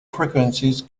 frequencies